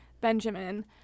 Benjamin